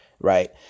right